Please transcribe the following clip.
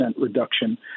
reduction